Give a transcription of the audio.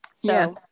Yes